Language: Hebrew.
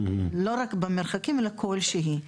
לא רק במרחקים אלא כלשהי.